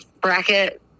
bracket